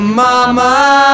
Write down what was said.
mama